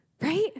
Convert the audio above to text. Right